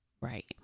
Right